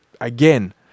Again